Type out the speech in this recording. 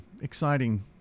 exciting